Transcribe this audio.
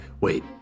Wait